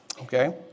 Okay